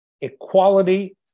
equality